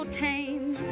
tame